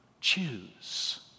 choose